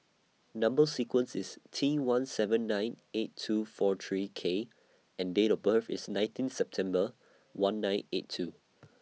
Number sequence IS T one seven nine eight two four three K and Date of birth IS nineteen September one nine eight two